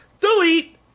Delete